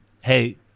Hey